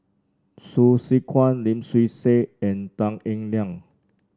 Hsu Tse Kwang Lim Swee Say and Tan Eng Liang